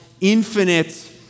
infinite